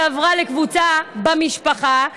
והיא עברה לקבוצה במשפחה,